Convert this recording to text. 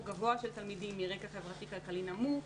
גבוה של תלמידים מרקע חברתי-כלכלי נמוך,